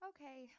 Okay